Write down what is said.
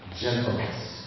Gentleness